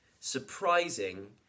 surprising